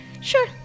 Sure